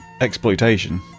exploitation